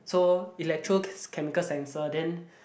so electro can chemical sensor then